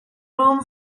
room